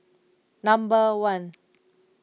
number one